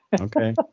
Okay